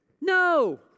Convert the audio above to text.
No